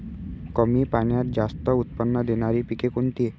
कमी पाण्यात जास्त उत्त्पन्न देणारे पीक कोणते?